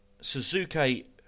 Suzuki